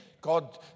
God